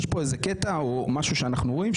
יש פה איזה קטע או משהו שאנחנו רואים,